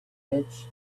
rich